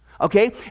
okay